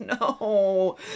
no